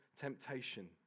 temptation